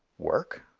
work?